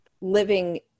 living